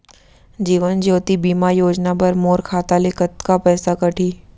जीवन ज्योति बीमा योजना बर मोर खाता ले कतका पइसा कटही?